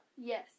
Yes